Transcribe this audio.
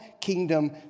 kingdom